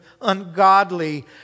ungodly